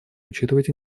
учитывать